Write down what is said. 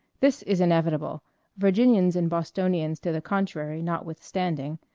this is inevitable virginians and bostonians to the contrary notwithstanding,